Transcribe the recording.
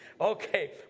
Okay